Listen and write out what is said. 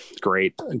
great